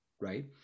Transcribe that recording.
right